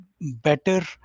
better